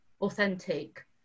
authentic